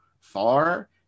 far